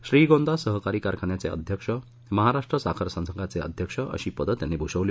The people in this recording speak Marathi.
श्रीगोंदा सहकारी कारखान्याचे अध्यक्ष महाराष्ट्र साखर संघाचे अध्यक्ष अशी पदं त्यांनी भूषवली